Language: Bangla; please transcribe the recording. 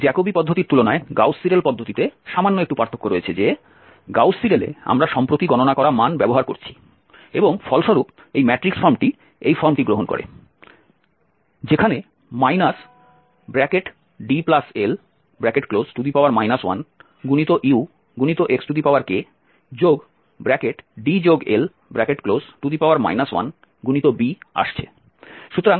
সুতরাং জ্যাকোবি পদ্ধতির তুলনায় গাউস সিডেল পদ্ধতিতে সামান্য একটু পার্থক্য রয়েছে যে গাউস সিডেলে আমরা সম্প্রতি গণনা করা মান ব্যবহার করছি এবং ফলস্বরূপ এই ম্যাট্রিক্স ফর্মটি এই ফর্মটি গ্রহণ করে যেখানে DL 1UxkDL 1b আসছে